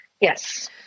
Yes